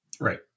Right